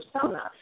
persona